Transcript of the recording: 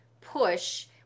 push